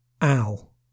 Al